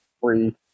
free